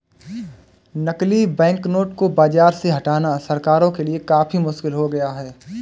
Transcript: नकली बैंकनोट को बाज़ार से हटाना सरकारों के लिए काफी मुश्किल हो गया है